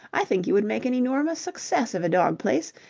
i think you would make an enormous success of a dog-place,